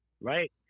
right